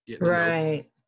right